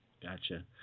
Gotcha